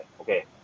Okay